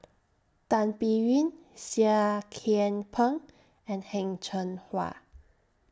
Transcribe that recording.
Tan Biyun Seah Kian Peng and Heng Cheng Hwa